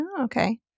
Okay